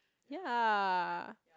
ya